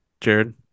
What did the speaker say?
Jared